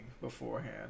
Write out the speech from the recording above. beforehand